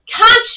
Conscious